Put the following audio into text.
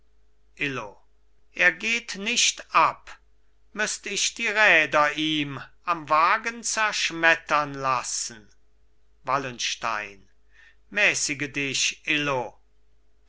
er geht nicht ab müßt ich die räder ihm am wagen zerschmettern lassen wallenstein mäßige dich illo